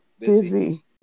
busy